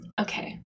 Okay